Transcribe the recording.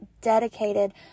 dedicated